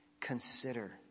consider